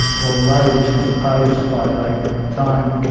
although this was opposed by labor at the time,